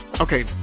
Okay